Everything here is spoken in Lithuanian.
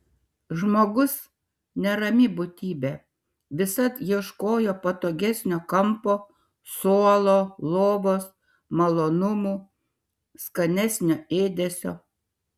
žmogus nerami būtybė visad ieškojo patogesnio kampo suolo lovos malonumų skanesnio ėdesio